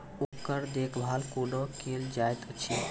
ओकर देखभाल कुना केल जायत अछि?